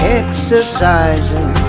exercising